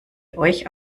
euch